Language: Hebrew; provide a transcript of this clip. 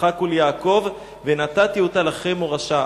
ליצחק וליעקב ונתתי אתה לכם מורשה".